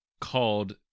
called